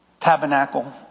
tabernacle